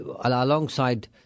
alongside